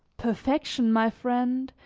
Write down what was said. perfection, my friend,